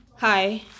Hi